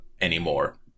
anymore